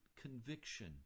conviction